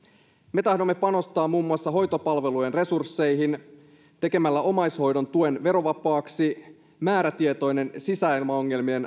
me tahdomme panostaa muun muassa hoitopalvelujen resursseihin tekemällä omaishoidon tuen verovapaaksi määrätietoisella sisäilmaongelmien